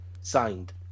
signed